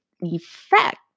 effect